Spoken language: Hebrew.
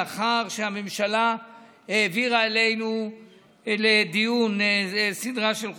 לאחר שהממשלה העבירה אלינו לדיון סדרה של חוקים,